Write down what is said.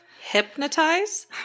Hypnotize